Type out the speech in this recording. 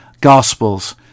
gospels